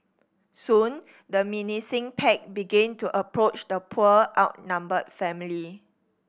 soon the menacing pack begin to approach the poor outnumbered family